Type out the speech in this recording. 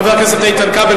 חבר הכנסת איתן כבל,